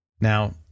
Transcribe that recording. Now